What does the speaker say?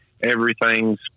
everything's